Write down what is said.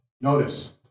Notice